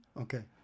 Okay